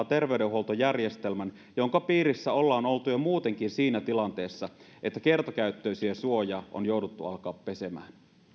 terveydenhuoltojärjestelmän jonka piirissä ollaan oltu jo muutenkin siinä tilanteessa että kertakäyttöisiä suojia on jouduttu alkaa pesemään